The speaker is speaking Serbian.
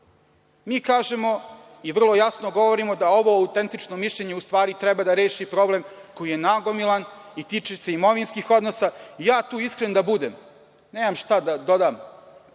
kažemo i vrlo jasno govorimo da ovo autentično mišljenje u stvari treba da reši problem koji je nagomilan i tiče se imovinskih odnosa. Ja tu, iskren da budem, nemam šta da dodam